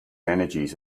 energies